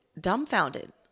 dumbfounded